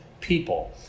people